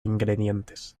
ingredientes